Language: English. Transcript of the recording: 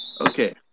Okay